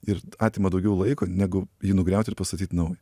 ir atima daugiau laiko negu jį nugriaut ir pastatyt naują